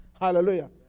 Hallelujah